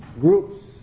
groups